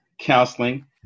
counseling